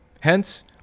Hence